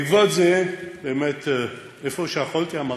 בעקבות זה, באמת איפה שיכולתי אמרתי: